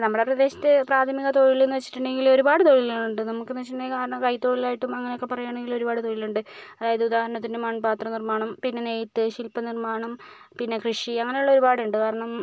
നമ്മുടെ പ്രദേശത്ത് പ്രാഥമിക തൊഴിൽ എന്ന് വെച്ചിട്ടുണ്ടെങ്കിൽ ഒരുപാട് തൊഴിലുകളുണ്ട് നമുക്ക് എന്ന് വെച്ചിട്ടുണ്ടെങ്കിൽ കൈ തൊഴിലായിട്ടും അങ്ങനെ ഒക്കെ പറയുകയാണേൽ ഒരുപാട് തൊഴിലുണ്ട് അതായത് ഉദാഹരണത്തിന് മൺപാത്ര നിർമ്മാണം പിന്നെ നെയ്ത്ത് ശിൽപ്പ നിർമ്മാണം പിന്നെ കൃഷി അങ്ങനെയുള്ള ഒരുപാടുണ്ട് കാരണം